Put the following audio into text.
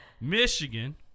michigan